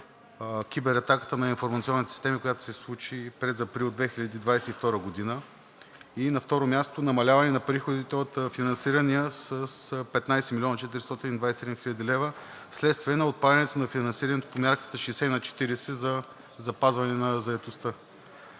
кибератаката на информационните системи, която се случи през април 2022 г. На второ място, намаляването на приходите с 15 млн. 427 хил. лв. вследствие на отпадането на финансирането по мярката 60 на 40 за запазване на заетостта.